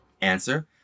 Answer